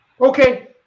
Okay